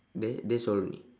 that that's all only